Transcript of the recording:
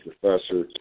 professor